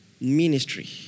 ministry